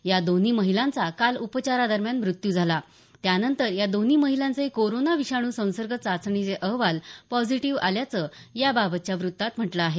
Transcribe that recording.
या दोन्ही महिलांचा काल उपचारादरम्यान मृत्यू झाला त्यानंतर या दोन्ही महिलांचे कोरोना विषाणू संसर्ग चाचणीचे अहवाल पॉझिटीव्ह आल्याचं याबाबतच्या वृत्तात म्हटलं आहे